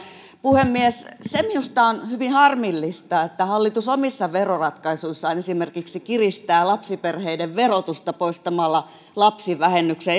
puhemies se minusta on hyvin harmillista että hallitus omissa veroratkaisuissaan esimerkiksi kiristää lapsiperheiden verotusta poistamalla lapsivähennyksen